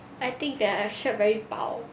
I think their shirt very 薄